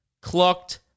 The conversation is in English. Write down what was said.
clocked